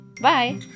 Bye